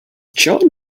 john